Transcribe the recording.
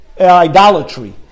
idolatry